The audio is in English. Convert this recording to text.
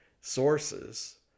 sources